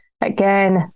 again